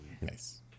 Nice